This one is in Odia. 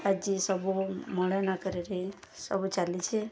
ଆଜି ସବୁ ମଡ଼ର୍ଣ୍ଣ୍ ଆକାରରେ ସବୁ ଚାଲିଛି